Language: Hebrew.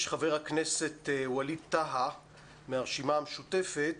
חבר הכנסת ווליד טאהא מהרשימה המשותפת,